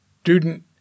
Student